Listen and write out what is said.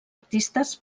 artistes